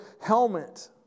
helmet